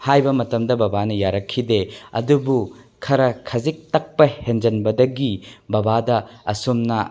ꯍꯥꯏꯕ ꯃꯇꯝꯗ ꯕꯕꯥꯅ ꯌꯥꯔꯛꯈꯤꯗꯦ ꯑꯗꯨꯕꯨ ꯈꯔ ꯈꯖꯤꯛ ꯇꯛꯄ ꯍꯦꯟꯖꯤꯟꯕꯗꯒꯤ ꯕꯕꯥꯗ ꯑꯁꯨꯝꯅ